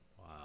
Wow